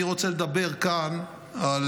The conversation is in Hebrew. אני רוצה לדבר כאן על